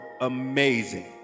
amazing